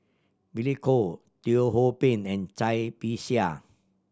Billy Koh Teo Ho Pin and Cai Bixia